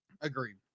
Agreed